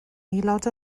aelod